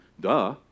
duh